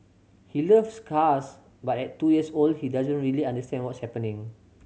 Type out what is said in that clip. he loves cars but at two years old he doesn't really understand what's happening